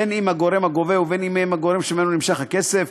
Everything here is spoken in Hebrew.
בין שהם הגורם הגובה ובין שהם הגורם שממנו נמשך הכסף.